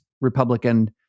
Republican